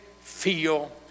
feel